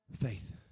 faith